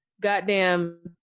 goddamn